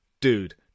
dude